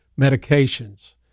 medications